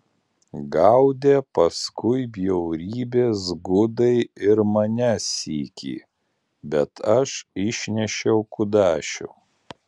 gaudė paskui bjaurybės gudai ir mane sykį bet aš išnešiau kudašių